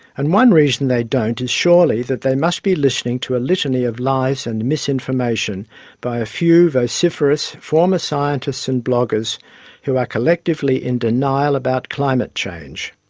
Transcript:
and one reason they don't is surely that they must be listening to a litany of lies and misinformation by a few vociferous former scientists and bloggers who are collectively in denial about climate change.